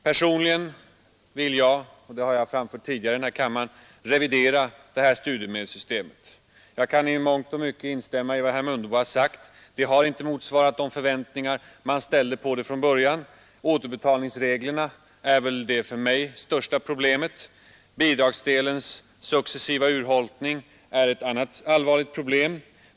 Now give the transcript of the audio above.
Personligen vill jag — detta har jag framfört tidigare i denna kammare revidera studiemedelssystemet. Jag kan i mångt och mycket instämma i vad herr Mundebo har sagt. Systemet har inte motsvarat de förväntningar man ställde på det från början, och återbetalningsreglerna är väl det största problemet. Bidragsdelens successiva urholkning är ett annat allvarligt problem.